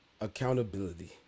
accountability